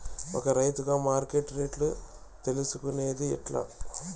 ఒక రైతుగా మార్కెట్ రేట్లు తెలుసుకొనేది ఎట్లా?